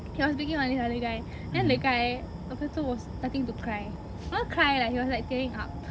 he was picking on this other guy then that guy apa tu was starting to cry not cry lah he was like tearing up